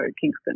Kingston